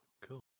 Cool